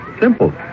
Simple